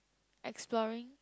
exploring